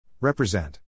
Represent